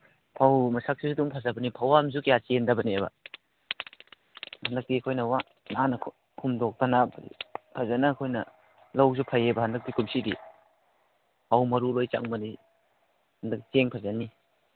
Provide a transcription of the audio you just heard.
ꯐꯪ ꯃꯁꯛꯁꯤ ꯑꯗꯨꯝ ꯐꯖꯕꯅꯤ ꯐꯧꯍꯥꯝꯁꯨ ꯀꯌꯥ ꯆꯦꯟꯗꯕꯅꯤꯕ ꯍꯟꯗꯛꯇꯤ ꯑꯩꯈꯣꯏꯅ ꯅꯥꯟꯅ ꯍꯨꯝꯗꯣꯛꯇꯅ ꯐꯖꯅ ꯑꯩꯈꯣꯏꯅ ꯂꯧꯁꯨ ꯐꯩꯌꯦꯕ ꯍꯟꯗꯛꯇꯤ ꯀꯨꯝꯁꯤꯗꯤ ꯐꯧ ꯃꯔꯨ ꯂꯣꯏ ꯆꯪꯕꯅꯤ ꯑꯗ ꯆꯦꯡ ꯐꯖꯅꯤ